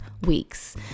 weeks